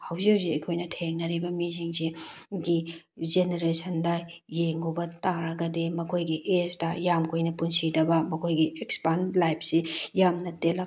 ꯍꯧꯖꯤꯛ ꯍꯧꯖꯤꯛ ꯑꯩꯈꯣꯏꯅ ꯊꯦꯡꯅꯔꯤꯕ ꯃꯤꯁꯤꯡꯁꯤꯒꯤ ꯖꯦꯅꯦꯔꯦꯁꯟꯗ ꯌꯦꯡꯉꯨꯕ ꯇꯔꯒꯗꯤ ꯃꯈꯣꯏꯒꯤ ꯑꯦꯖꯇ ꯌꯥꯝ ꯀꯨꯏꯅ ꯄꯨꯟꯁꯤꯗꯕ ꯃꯈꯣꯏꯒꯤ ꯁ꯭ꯄꯦꯟ ꯂꯥꯏꯐꯁꯤ ꯌꯥꯝꯅ ꯇꯦꯜꯂꯛꯄ